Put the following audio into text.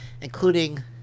including